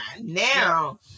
Now